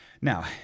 Now